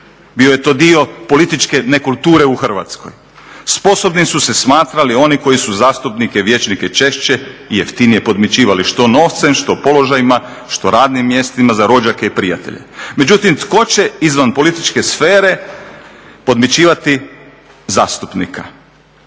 Bio je to dio političke nekulture u Hrvatskoj, sposobni su se smatrali oni koji su zastupnike, vijećnike češće i jeftinije podmićivali, što novcem, što položajima, što radnim mjestima za rođake i prijatelje. Međutim, tko će izvan političke sfere podmićivati zastupnika?